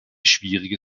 schwierige